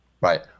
Right